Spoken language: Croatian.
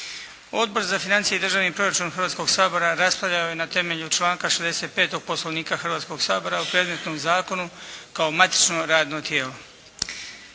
Odbor za financije i državni proračun Hrvatskoga sabora raspravljao je na temelju članka 65. Poslovnika Hrvatskoga sabora o predmetnom zakonu kao matično radno tijelo.